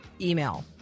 email